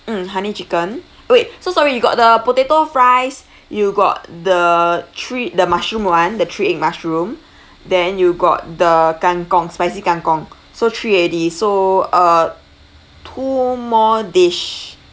mm honey chicken wait so sorry you got the potato fries you got the three the mushroom one the three egg mushroom then you got the kangkong spicy kangkong so three already so err two more dish